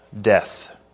death